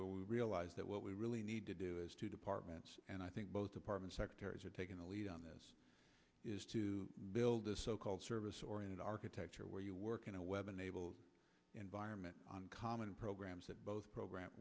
where we realize that what we really need to do is to departments and i think both departments secretaries are taking the lead on this is to build a so called service oriented architecture where you work in a web enabled environment on common programs that both program